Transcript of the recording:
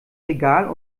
regal